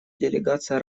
делегация